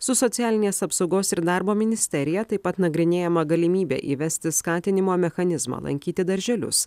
su socialinės apsaugos ir darbo ministerija taip pat nagrinėjama galimybė įvesti skatinimo mechanizmą lankyti darželius